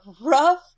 rough